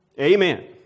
amen